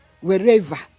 wherever